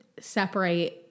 separate